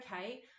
okay